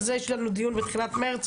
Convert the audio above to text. על זה יש לנו דיון בתחילת מרץ.